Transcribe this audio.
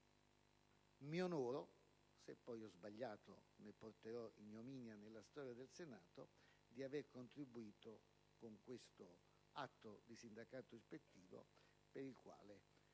mi onoro - se poi ho sbagliato, ne porterò l'ignominia nella storia del Senato - di aver contribuito con questo atto di sindacato ispettivo (esprimendo